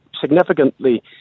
significantly